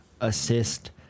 assist